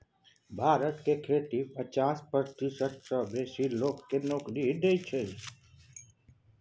भारत के खेती पचास प्रतिशत सँ बेसी लोक केँ नोकरी दैत छै